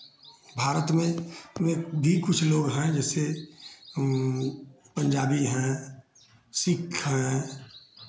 भारत में में भी कुछ लोग हैं जैसे पंजाबी हैं सिक्ख हैं